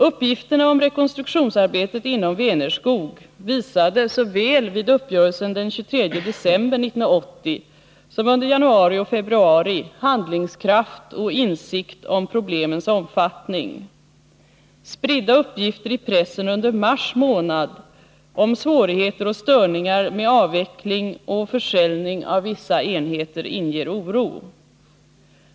Uppgifterna om rekonstruktionsarbetet inom Vänerskog visade, såväl vid uppgörelsen den 23 december 1980 som under januari och februari, handlingskraft och insikt om problemens omfattning. Spridda uppgifter i pressen under mars månad om svårigheter och störningar med avveckling och försäljning av vissa enheter inger oro.